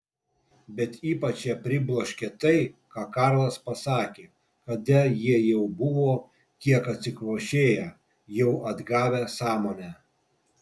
bet ypač ją pribloškė tai ką karlas pasakė kada jie jau buvo kiek atsikvošėję jau atgavę sąmonę